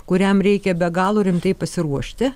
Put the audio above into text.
kuriam reikia be galo rimtai pasiruošti